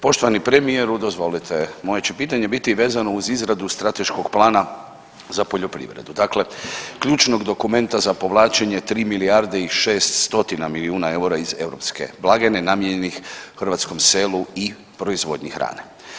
Poštovani premijeru dozvolite, moje će pitanje biti vezano uz izradu strateškog plana za poljoprivredu, dakle ključnog dokumenta za povlačenje 3 milijarde i šest stotina milijuna eura iz europske blagajni namijenjenih hrvatskom selu i proizvodnji hrane.